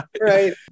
Right